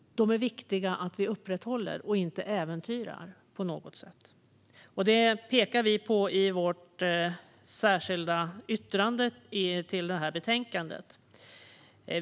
Det är viktigt att vi upprätthåller dessa regimer och inte äventyrar dem på något sätt. Det pekar vi på i vårt särskilda yttrande till detta betänkande.